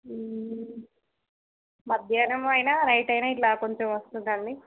నాకు జ్వరమైనా రైటైనా ఇలా కొంచెం వస్తుందండి